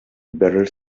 better